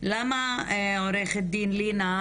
למה עורכת הדין לינא,